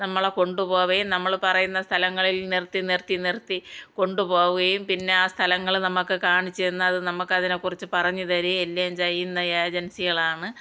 നമ്മളെ കൊണ്ട് പോവുകയും നമ്മൾ പറയുന്ന സ്ഥലങ്ങളിൽ നിർത്തി നിർത്തി നിർത്തി കൊണ്ട് പൊവുകയും പിന്ന ആ സ്ഥലങ്ങൾ നമുക്ക് കാണിച്ച് തന്ന് അത് നമുക്കതിനെ കുറിച്ച് പറഞ്ഞ് തരികയും എല്ലാം ചെയ്യുന്ന ഏജൻസികളാണ്